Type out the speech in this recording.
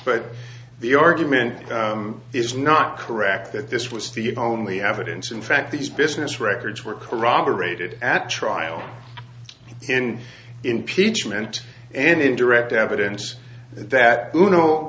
but the argument is not correct that this was the only evidence in fact these business records were corroborated at trial in impeachment and in direct evidence that you know